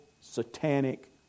satanic